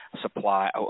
supply